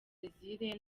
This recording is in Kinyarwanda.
brazil